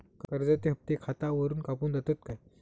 कर्जाचे हप्ते खातावरून कापून जातत काय?